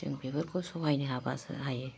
जों बेफोरखौ सहायनो हाबासो हायो